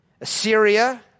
Assyria